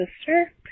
sister